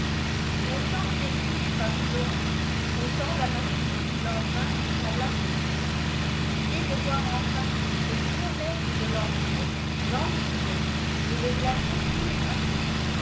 autant cette nuit lui parut longue autant la matinée du lendemain lui sembla courte l'idée de voir en face le nouveau maître de l'empire l'enivrait et le glaçait tour à tour